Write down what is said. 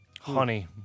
Honey